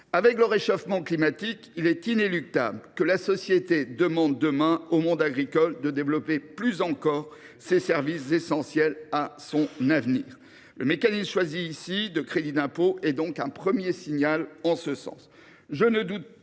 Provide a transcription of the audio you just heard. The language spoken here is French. cause du réchauffement climatique, il est inéluctable que la société demande demain au monde agricole de développer plus encore ces services essentiels à son avenir. Le mécanisme de crédit d’impôt qui a été retenu dans cette